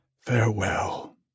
Farewell